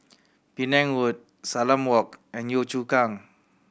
Penang Road Salam Walk and Yio Chu Kang